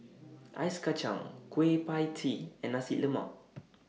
Ice Kachang Kueh PIE Tee and Nasi Lemak